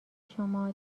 شما